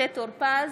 משה טור פז,